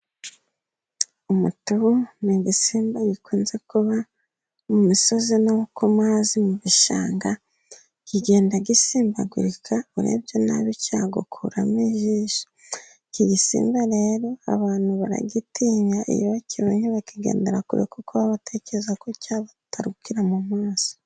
Umutubu ni ibisimba bikunze kuba mu misozi no ku mazi mu bishanga, kigenda gisimbagurika urebye nabi cyagukuramo ijisho. Iki gisimba rero abantu baragitinya iyo bakibonye bakigendera kure, kuko baba batekerezako cyabatarukira mu maso.